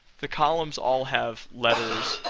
the columns all have letters,